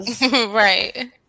Right